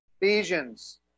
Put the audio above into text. Ephesians